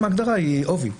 ההגדרה שם היא עובי.